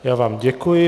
Já vám děkuji.